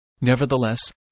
Nevertheless